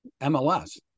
MLS